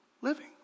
living